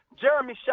Jeremy